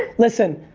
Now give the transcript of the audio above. listen,